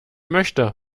möchte